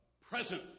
present